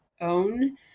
own